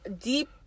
deep